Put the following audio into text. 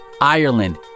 Ireland